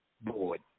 board